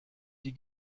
die